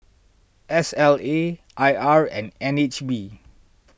S L A I R and N H B